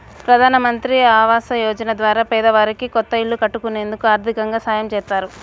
ప్రధానమంత్రి ఆవాస యోజన ద్వారా పేదవారికి కొత్త ఇల్లు కట్టుకునేందుకు ఆర్దికంగా సాయం చేత్తారు